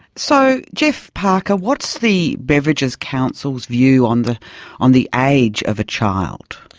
so geoff parker, what's the beverages council's view on the on the age of a child?